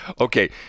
Okay